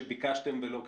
שביקשתם ולא קיבלתם?